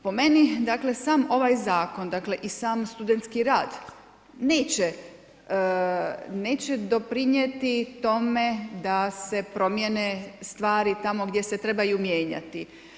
Po meni dakle sam ovaj zakon, dakle i sam studentski rad neće doprinijeti tome da se promijene stvari tamo gdje se trebaju mijenjati.